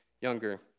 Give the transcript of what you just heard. younger